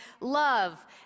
love